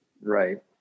right